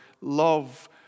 love